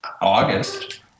August